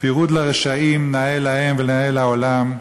פירוד לרשעים נאה להם ונאה לעולם,